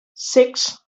six